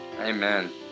Amen